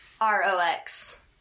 R-O-X